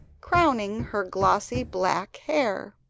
crowning her glossy black hair.